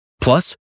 Plus